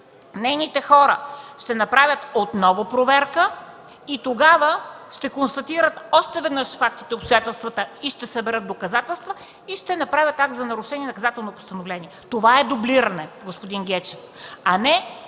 нейните хора ще направят отново проверка и тогава ще констатират още веднъж фактите и обстоятелствата и ще съберат доказателства, ще направят акт за нарушения и наказателни постановления. Това е дублиране, господин Гечев, а не